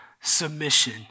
submission